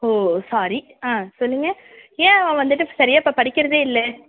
ஓ sorry ஆ சொல்லுங்க ஏன் அவன் வந்துட்டு சரியாக இப்போ படிக்கிறதே இல்லை